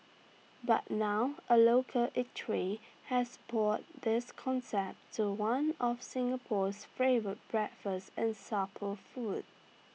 but now A local eatery has brought this concept to one of Singapore's favourite breakfast and supper food